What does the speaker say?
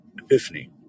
epiphany